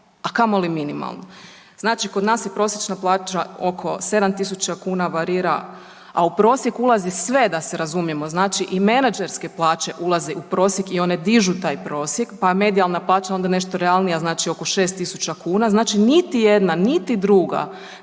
a kamoli minimalnu. Znači kod nas je prosječna plaća oko 7.000 kuna varira, a u prosjek ulazi sve da se razumijemo, znači i menadžerske plaće ulaze i u prosjek i one dižu taj prosjek, pa je medijalna plaća onda nešto realnija oko 6.000 kuna, znači niti jedna, niti druga.